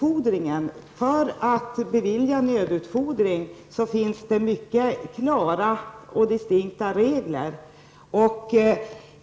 För att bevilja nödutfodring finns det mycket klara och distinkta regler.